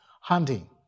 hunting